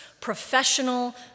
professional